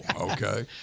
okay